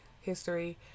history